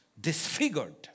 disfigured